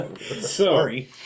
Sorry